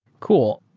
cool.